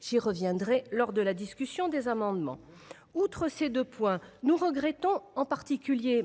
J’y reviendrai lors de la discussion des amendements. Outre ces deux points, nous regrettons en particulier